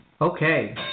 Okay